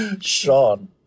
Sean